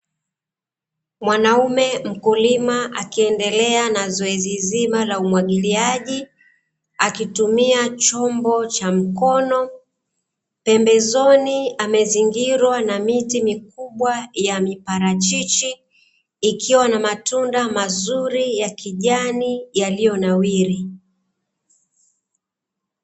Mwanaume mkulima akiendelea na zoezi zima la umwagiliaji akitumia chombo cha mkono. Pembezoni amezingirwa na miti mikubwa ya miparachichi, ikiwa na matunda mazuri ya kijani yaliyonawiri.